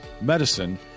medicine